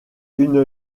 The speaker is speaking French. une